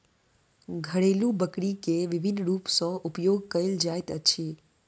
घरेलु बकरी के विभिन्न रूप सॅ उपयोग कयल जाइत अछि